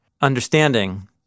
understanding